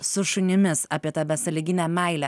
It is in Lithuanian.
su šunimis apie tą besąlyginę meilę